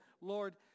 Lord